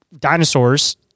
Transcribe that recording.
dinosaurs